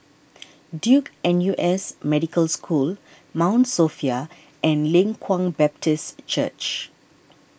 Duke N U S Medical School Mount Sophia and Leng Kwang Baptist Church